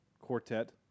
quartet